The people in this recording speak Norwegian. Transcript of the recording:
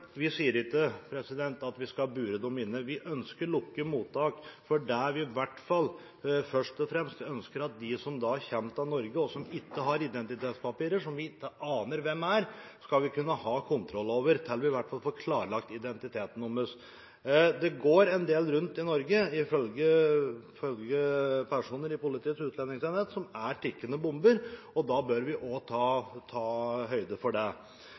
Vi sier ikke at vi skal bure noen inne. Vi ønsker lukkede mottak fordi vi ønsker at de som kommer til Norge og ikke har identitetspapirer – de vi ikke aner hvem er – skal vi kunne ha kontroll over, i hvert fall til vi har klarlagt identiteten deres. Det går, ifølge personer i politiets utlendingsenhet, en del rundt i Norge som er tikkende bomber. Da bør vi også ta høyde for det.